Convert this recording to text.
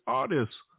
artists